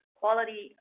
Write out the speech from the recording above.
quality